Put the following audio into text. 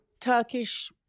Turkish